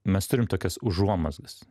mes turim tokias užuomazgas